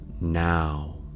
now